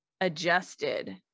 adjusted